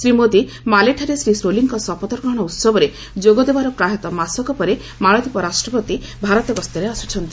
ଶ୍ରୀ ମୋଦି ମାଲେଠାରେ ଶ୍ରୀ ସୋଲୀଙ୍କ ଶପଥଗ୍ରହଣ ଉତ୍ସବରେ ଯୋଗ ଦେବାର ପ୍ରାୟତଃ ମାସକ ପରେ ମାଳଦ୍ୱୀପ ରାଷ୍ଟ୍ରପତି ଭାରତ ଗସ୍ତରେ ଆସ୍କଚ୍ଚନ୍ତି